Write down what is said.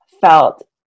Felt